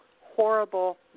horrible